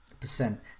percent